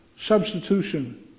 substitution